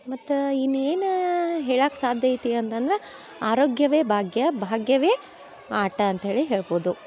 ಮತ್ತು ಇನ್ನೇನು ಹೇಳಕ್ಕೆ ಸಾಧ್ಯ ಐತಿ ಅಂತಂದ್ರೆ ಆರೋಗ್ಯವೇ ಭಾಗ್ಯ ಭಾಗ್ಯವೇ ಆಟ ಅಂತ ಹೇಳಿ ಹೇಳ್ಬೋದು